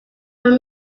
were